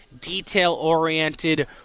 detail-oriented